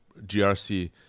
GRC